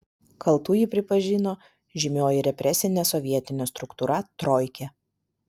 kaltu jį pripažino žymioji represinė sovietinė struktūra troikė